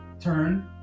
turn